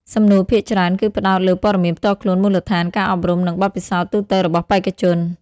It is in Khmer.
សំណួរភាគច្រើនគឺផ្តោតលើព័ត៌មានផ្ទាល់ខ្លួនមូលដ្ឋាន ការអប់រំ និងបទពិសោធន៍ទូទៅរបស់បេក្ខជន។